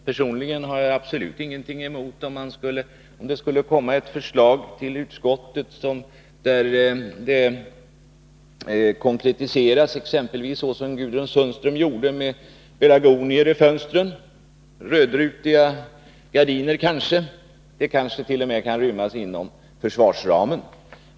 Personligen är jag absolut inte emot att man kommer med ett konkret förslag till utskottet —t.ex. som det som Gudrun Sundström presenterade. Det kan gälla pelargonier i fönstren, rödrutiga gardiner etc. Kostnaderna i detta sammanhang kanske t.o.m. kan rymmas inom försvarsramen.